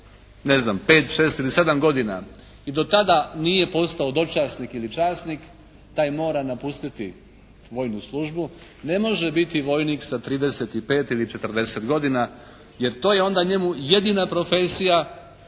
ne znam 5, 6 ili 7 godina i do tada nije postao dočasnik ili časnik taj mora napustiti vojnu službu. Ne može biti vojnik sa 35 ili 40 godina jer to je onda njemu jedina profesija